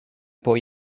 bwy